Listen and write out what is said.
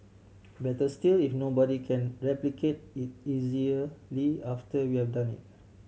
better still if nobody can replicate it after we have done it